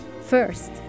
first